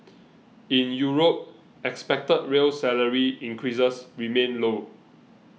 in Europe expected real salary increases remain low